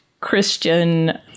Christian